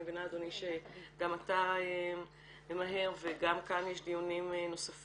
אני מבינה אדוני שגם אתה ממהר וגם כאן יש דיונים נוספים.